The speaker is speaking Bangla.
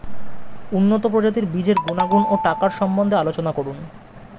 উন্নত প্রজাতির বীজের গুণাগুণ ও টাকার সম্বন্ধে আলোচনা করুন